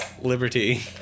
Liberty